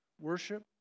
worship